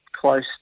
close